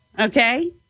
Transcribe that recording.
okay